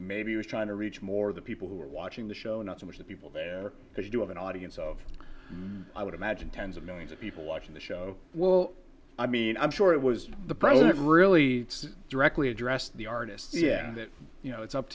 maybe i was trying to reach more of the people who are watching the show not so much the people there that you do have an audience of i would imagine tens of millions of people watching the show well i mean i'm sure it was the president really directly addressed the artists that you know it's up